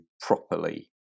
properly